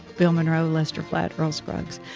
bill monroe, lester flatt, earl scruggs,